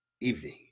evening